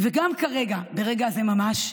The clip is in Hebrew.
וגם כרגע, ברגע הזה ממש,